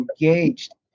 engaged